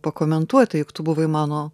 pakomentuoti juk tu buvai mano